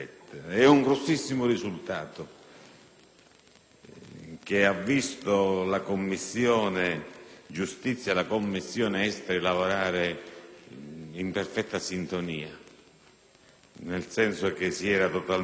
che ha visto la Commissione giustizia e la Commissione esteri lavorare in perfetta sintonia, nel senso che si era totalmente d'accordo sull'esigenza